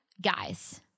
Guys